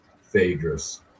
Phaedrus